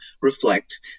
reflect